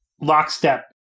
lockstep